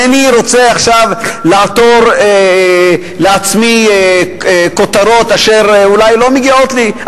ואינני רוצה עכשיו לעטור לעצמי כותרות אשר אולי לא מגיעות לי,